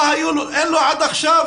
אין לו עד עכשיו